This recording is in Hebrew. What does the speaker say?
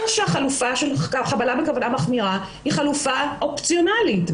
כולם מתנהלים בבית משפט.